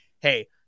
Hey